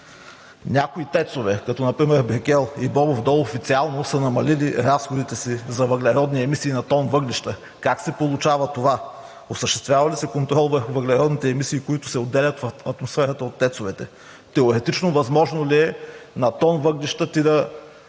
Някои ТЕЦ-ове, като например „Брикел“ и „Бобов дол“, официално са намалили разходите си за въглеродни емисии на тон въглища. Как се получава това? Осъществява ли се контрол върху въглеродните емисии, които се отделят в атмосферата от ТЕЦ-овете? Теоретично, възможно ли е на тон въглища да